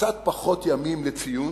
קצת פחות ימים לציון,